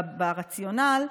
ברציונל,